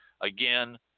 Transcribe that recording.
again